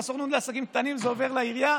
מהסוכנות לעסקים קטנים זה עובר לעירייה,